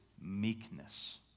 Meekness